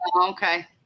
Okay